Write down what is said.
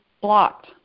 blocked